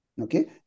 Okay